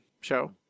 show